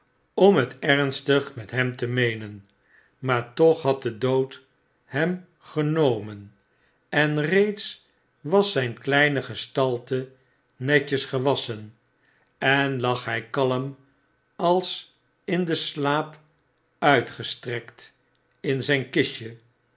om het ernstig met hem te roeenen maar toch had de dood hem genomen en reeds was zyn kleine gestalte netjes gewasschen en lag hfl kalm als in den slaap uitgestrekt in een kistje